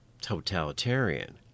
totalitarian